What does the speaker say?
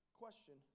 question